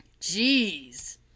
Jeez